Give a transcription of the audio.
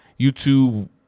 YouTube